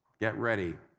get ready.